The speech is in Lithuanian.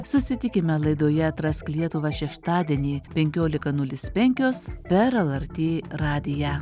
susitikime laidoje atrask lietuvą šeštadienį penkiolika nulis penkios per el er tė radiją